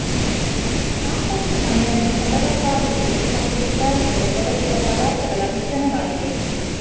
compost ಮಣ್ಣನ್ನು ಫಲವತ್ತಾಗಿಸಲು ಮತ್ತು ಸುಧಾರಿಸಲು ಬಳಸುವ ಪದಾರ್ಥಗಳ ಮಿಶ್ರಣವಾಗಿದೆ